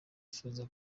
bifuza